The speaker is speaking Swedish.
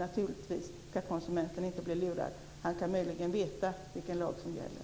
Naturligtvis ska konsumenten inte bli lurad. Konsumenten kan möjligen veta vilken lag som gäller.